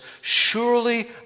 Surely